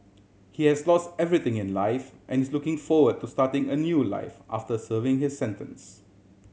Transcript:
he has lost everything in life and is looking forward to starting a new life after serving his sentence